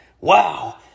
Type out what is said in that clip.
wow